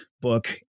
book